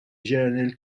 journal